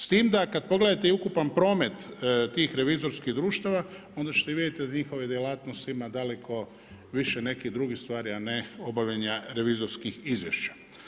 S time da kad pogledate i ukupan promet tih revizorskih društava, onda ćete vidjeti da njihove djelatnosti ima daleko više nekih drugi stvari a ne obavljanja revizorskih izvješća.